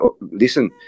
listen